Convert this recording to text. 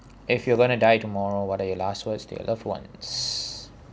if you're going to die tomorrow what are your last words to your loved ones